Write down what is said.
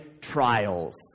trials